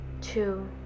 Two